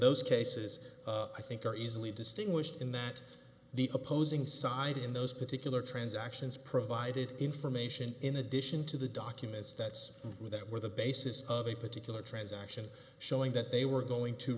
those cases i think are easily distinguished in that the opposing side in those particular transactions provided information in addition to the documents that's with that where the basis of a particular transaction showing that they were going to